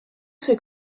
s’est